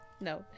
No